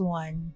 one